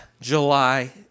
July